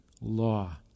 law